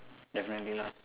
definitely lah